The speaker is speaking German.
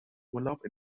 urlaub